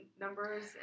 numbers